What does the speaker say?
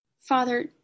Father